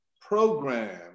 program